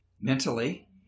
mentally